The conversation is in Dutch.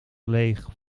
leeg